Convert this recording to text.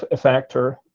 ah factor.